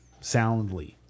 soundly